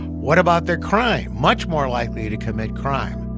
what about their crime? much more likely to commit crime